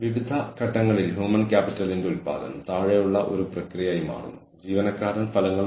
അതുപോലെ കക്ഷികൾ തമ്മിലുള്ള കാര്യക്ഷമമായ കരാർ സ്ഥാപിക്കുന്നതുമായി ബന്ധപ്പെട്ട ചെലവുകളാണ് ഏജൻസി ചെലവുകൾ